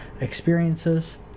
experiences